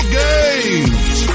games